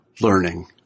learning